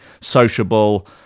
sociable